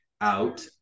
out